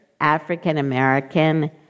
African-American